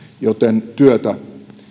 joten työtä